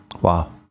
Wow